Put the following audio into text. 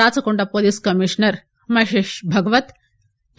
Rachakonda police commissioner Mahesh Bhagwat T